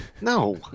No